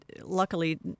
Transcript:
Luckily